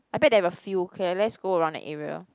I bet they have a few okay let's go around the area